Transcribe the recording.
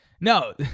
No